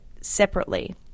separately